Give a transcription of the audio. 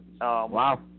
Wow